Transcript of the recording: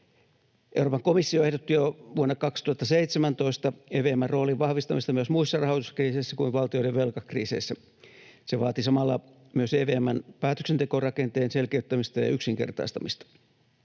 Euroopan komissio ehdotti jo vuonna 2017 EVM:n roolin vahvistamista myös muissa rahoituskriiseissä kuin valtioiden velkakriiseissä. Se vaati samalla myös EVM:n päätöksentekorakenteen selkeyttämistä ja yksinkertaistamista.